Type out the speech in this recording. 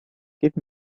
give